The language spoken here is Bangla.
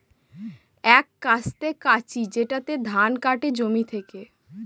এক কাস্তে কাঁচি যেটাতে ধান কাটে জমি থেকে